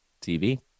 TV